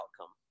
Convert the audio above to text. outcome